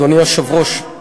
אדוני היושב-ראש,